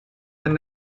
and